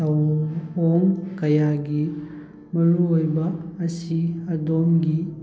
ꯊꯑꯣꯡ ꯀꯌꯥꯒꯤ ꯃꯔꯨ ꯑꯣꯏꯕ ꯑꯁꯤ ꯑꯗꯣꯝꯒꯤ